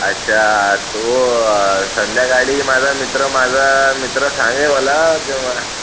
अच्छा तो संध्याकाळी माझा मित्र माझा मित्र सांगे मला